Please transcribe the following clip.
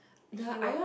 he will